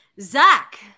Zach